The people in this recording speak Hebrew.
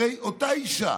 הרי אותה אישה